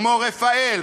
כמו "רפאל",